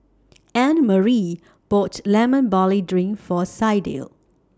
Annemarie bought Lemon Barley Drink For Sydell